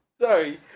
Sorry